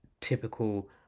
typical